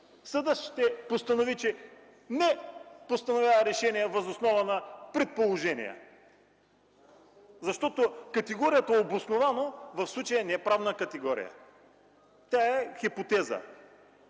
съдът ще постанови, че „не постановява решение въз основа на предположение”, защото категорията „обосновано” в случая не е правна категория. Тя е хипотеза.